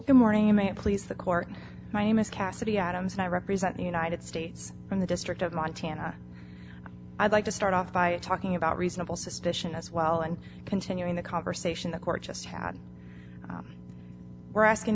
the morning of may it please the court my name is cassidy adams and i represent the united states and the district of montana i'd like to start off by talking about reasonable suspicion as well and continuing the conversation the court just had were asking